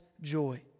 joy